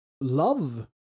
love